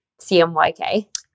cmyk